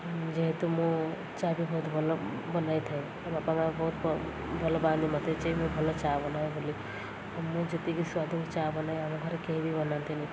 ଯେହେତୁ ମୁଁ ଚା ବି ବହୁତ ଭଲ ବନାଇ ଥାଏ ଆଉ ବାପା ମାଆ ବହୁତ ଭଲ ପାଆନ୍ତିି ମୋତେ ଯେ ମୁଁ ଭଲ ଚା ବନାଏ ବୋଲି ମୁଁ ଯେତିକି ସ୍ୱାଦକୁ ଚା ବନାଏ ଆମ ଘରେ କେହି ବି ବନାନ୍ତିନି